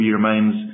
remains